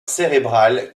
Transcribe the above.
cérébrale